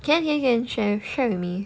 can can can can share share with me